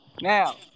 Now